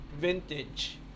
Vintage